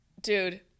Dude